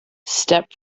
step